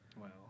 Wow